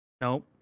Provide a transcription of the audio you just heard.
Nope